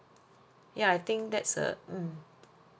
yeah I think that's uh mm